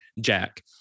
Jack